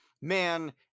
man